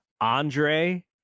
Andre